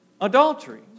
adultery